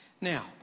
Now